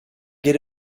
get